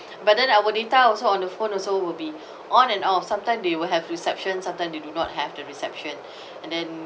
but then our data also on the phone also will be on and off sometime they will have reception sometimes they do not have the reception and then